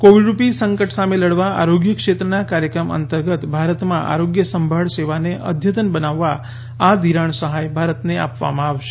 Covid રૂપી સંકટ સામે લડવા આરોગ્ય ક્ષેત્રના કાર્યક્રમ અંતર્ગત ભારતમાં આરોગ્ય સંભાળ સેવાને અદ્યતન બનાવવા આ ધિરાણ સહાય ભારતને આપવામાં આવશે